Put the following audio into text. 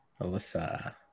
Alyssa